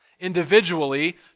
individually